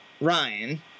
Ryan